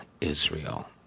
Israel